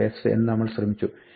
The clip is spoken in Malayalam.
append എന്ന് നമ്മൾ ശ്രമിച്ചു